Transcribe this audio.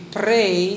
pray